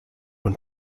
when